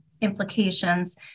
implications